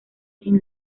racing